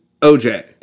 OJ